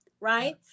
right